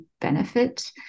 benefit